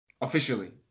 officially